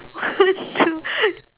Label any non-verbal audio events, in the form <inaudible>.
<laughs>